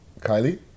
Kylie